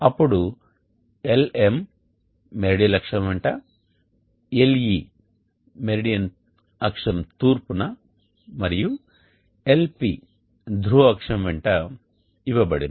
అప్పుడు Lm meridional అక్షం వెంట Le మెరిడియన్ అక్షం తూర్పున మరియు Lp ధ్రువ అక్షం వెంట ఇవ్వబడింది